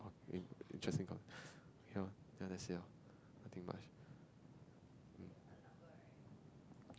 I mean interesting okay loh ya that's it loh nothing much